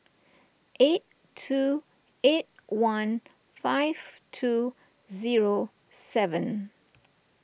eight two eight one five two zero seven